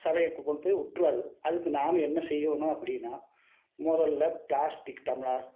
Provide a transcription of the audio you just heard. கொண்டு போய் விட்ரும் அது அதுக்கு நாம் என்ன செய்யணும் அப்படின்னா முதல்ல ப்ளாஸ்டிக் டம்ளார்